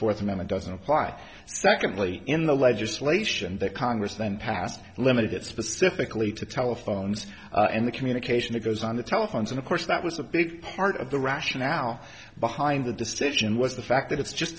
amendment doesn't apply secondly in the legislation that congress then passed and limited it specifically to telephones and the communication that goes on the telephones and of course that was a big part of the rationale behind the decision was the fact that it's just